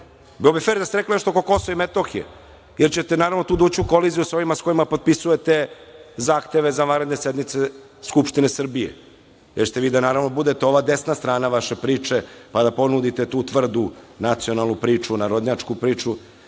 Bilo bi fer da ste rekli nešto oko Kosova i Metohije, jer ćete naravno tu ući u koliziju sa ovima sa kojima potpisujete zahteve za vanredne sednice Skupštine Srbije, jer ćete vi da budete ova desna strana vaše priče, pa da podvodite tu tvrdu nacionalnu priču, narodnjačku priču.